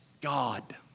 God